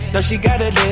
does she get it?